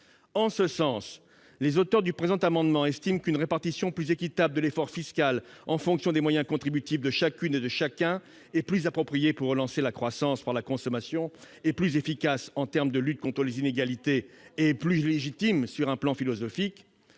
! Les auteurs du présent amendement estiment qu'une répartition plus équitable de l'effort fiscal, en fonction des moyens contributifs de chacune et de chacun, est plus propre à relancer la croissance par la consommation, plus efficace en termes de lutte contre les inégalités et plus légitime sur un plan philosophique.